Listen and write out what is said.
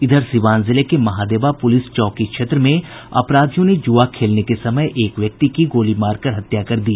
इधर सीवान जिले के महादेव पुलिस चौकी क्षेत्र में अपराधियों ने ज़ुआ खेलने के समय एक व्यक्ति की गोली मारकर हत्या कर दी